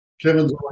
Kevin's